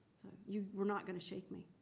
you were not going to shake me.